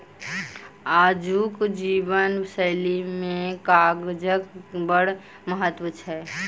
आजुक जीवन शैली मे कागजक बड़ महत्व छै